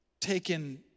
taken